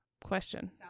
question